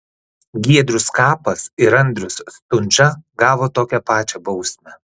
giedrius skapas ir andrius stundža gavo tokią pačią bausmę